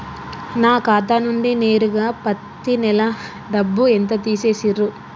నా ఖాతా నుండి నేరుగా పత్తి నెల డబ్బు ఎంత తీసేశిర్రు?